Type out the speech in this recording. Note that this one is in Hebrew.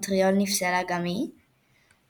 שהתחרתה על אירוח המונדיאל גם ב־1994, 1998, 2006,